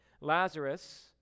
Lazarus